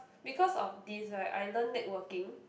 because of this right I learnt networking